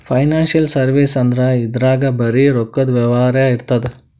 financial service ಅಂದ್ರ ಇದ್ರಾಗ್ ಬರೀ ರೊಕ್ಕದ್ ವ್ಯವಹಾರೇ ಇರ್ತದ್